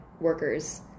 workers